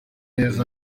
neza